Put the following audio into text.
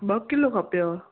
ॿ किलो खपेव